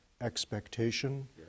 expectation